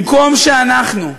במקום שאנחנו,